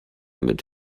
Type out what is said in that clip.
mit